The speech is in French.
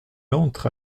entre